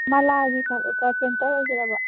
ꯃꯂꯥꯒꯤ carpenter ꯑꯣꯏꯕꯤꯔꯕꯣ